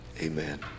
amen